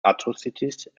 atrocities